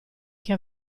che